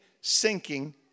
sinking